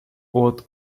what